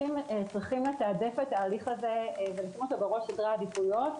השופטים צריכים לתעדף את ההליך הזה ולשים אותו בראש סדרי העדיפויות,